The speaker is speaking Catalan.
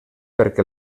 perquè